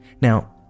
Now